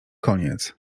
koniec